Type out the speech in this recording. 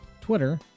Twitter